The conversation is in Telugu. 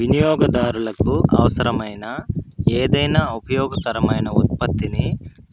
వినియోగదారులకు అవసరమైన ఏదైనా ఉపయోగకరమైన ఉత్పత్తిని